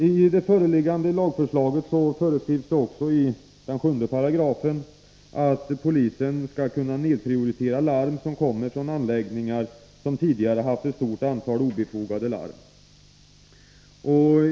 I det föreliggande lagförslaget föreskrivs det i 7 § att polisen skall kunna nedprioritera larm som kommer från anläggningar som tidigare haft ett stort antal obefogade larm.